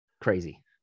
Crazy